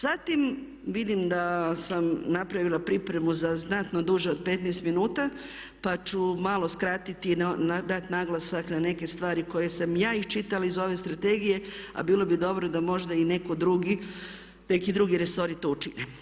Zatim, vidim da sam napravila pripremu za znatno duže od 15 minuta pa ću malo skratiti i dati naglasak na neke stvari koje sam ja iščitala iz ove Strategije a bilo bi dobro da možda i netko drugi, neki drugi resori to učine.